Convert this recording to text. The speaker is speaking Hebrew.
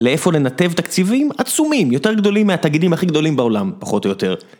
לאיפה לנתב תקציבים עצומים, יותר גדולים מהתאגידים הכי גדולים בעולם, פחות או יותר.